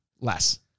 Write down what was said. Less